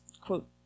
quote